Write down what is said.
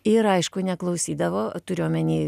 ir aišku neklausydavo turiu omeny